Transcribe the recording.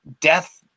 death